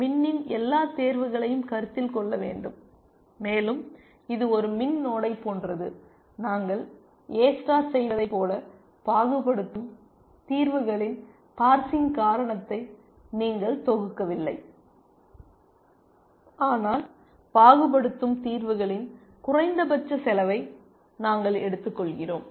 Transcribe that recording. மின்னின் எல்லா தேர்வுகளையும் கருத்தில் கொள்ள வேண்டும் மேலும் இது ஒரு மின் நோடை போன்றது நாங்கள் எ ஸ்டார் செய்ததைப் போல பாகுபடுத்தும் தீர்வுகளின் பார்சிங் காரணத்தை நீங்கள் தொகுக்கவில்லை ஆனால் பாகுபடுத்தும் தீர்வுகளின் குறைந்தபட்ச செலவை நாங்கள் எடுத்துக்கொள்கிறோம்